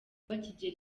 bakigera